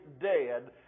dead